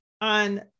on